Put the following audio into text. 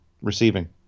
receiving